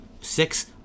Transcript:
six